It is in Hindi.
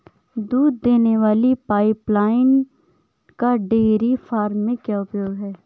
दूध देने वाली पाइपलाइन का डेयरी फार्म में क्या उपयोग है?